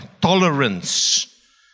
tolerance